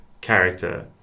character